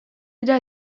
dira